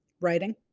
writing